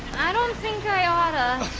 i don't think i oughta.